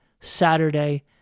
Saturday